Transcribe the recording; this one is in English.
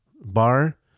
Bar